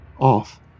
off